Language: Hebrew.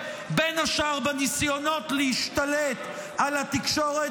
בין השאר בניסיונות להשתלט על התקשורת.